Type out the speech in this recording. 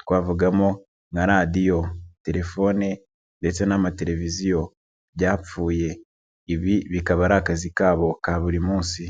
twavugamo nka radiyo, telefone ndetse n'amateleviziyo byapfuye, ibi bikaba ari akazi kabo ka buri munsi.